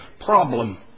problem